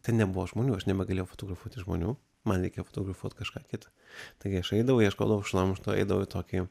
ten nebuvo žmonių aš nebegalėjau fotografuoti žmonių man reikėjo fotografuot kažką kitą taigi aš eidavau ieškodavau šlamšto eidavau į tokį